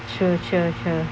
true true true